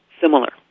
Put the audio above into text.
similar